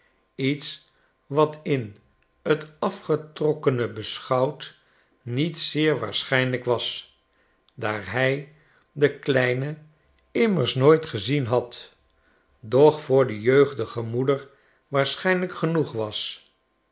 iets wat in t afgetrokkene beschouwd niet zeer waarschijnlijk was daar hij den kleine immers nooit gezien had doch voor de jeugdige moeder waarschijnlijk genoeg was